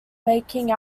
making